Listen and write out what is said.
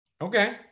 Okay